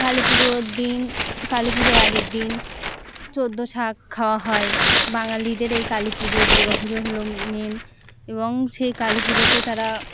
কালী পুজোর দিন কালী পুজোর আগের দিন চোদ্দো শাক খাওয়া হয় বাঙালিদের এই কালী পুজো দুর্গা পুজো হলো মেন এবং সেই কালী পুজোতে তারা